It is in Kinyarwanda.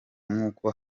nkuko